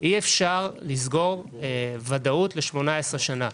אי אפשר לסגור ודאות ל-18 שנה.